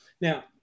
Now